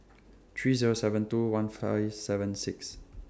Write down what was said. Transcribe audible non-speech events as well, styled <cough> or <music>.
three Zero seven two one Fly seven six <noise>